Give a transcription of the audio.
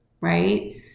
right